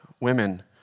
women